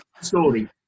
story